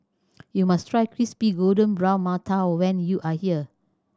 you must try crispy golden brown mantou when you are here